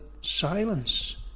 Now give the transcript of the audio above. silence